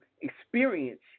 experience